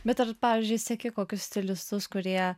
bet ar pavyzdžiui seki kokius stilistus kurie